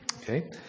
Okay